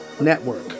Network